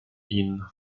ihn